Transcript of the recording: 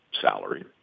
salary